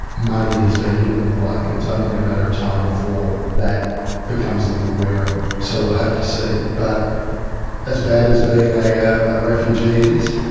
money has been given and the like, and it's only a matter of time before that becomes a little wearing. so we'll have to see. but as bad as being a ah a refugee is,